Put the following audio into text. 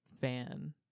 fan